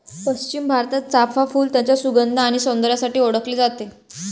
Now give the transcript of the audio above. पश्चिम भारतात, चाफ़ा फूल त्याच्या सुगंध आणि सौंदर्यासाठी ओळखले जाते